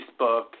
Facebook